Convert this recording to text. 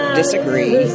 disagree